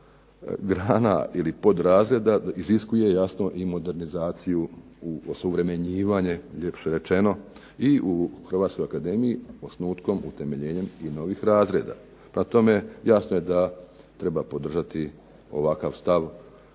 grana ili podrazreda iziskuje jasno i modernizaciju u osuvremenjivanje, ljepše rečeno, i u hrvatskoj akademiji osnutkom, utemeljenjem i novih razreda. Prema tome, jasno je da treba podržati ovakav stav